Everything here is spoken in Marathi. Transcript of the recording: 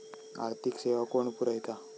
आर्थिक सेवा कोण पुरयता?